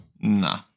Nah